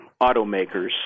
automakers